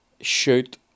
shoot